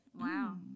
wow